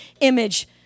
image